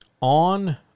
On